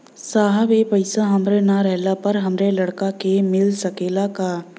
साहब ए पैसा हमरे ना रहले पर हमरे लड़का के मिल सकेला का?